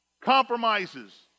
Compromises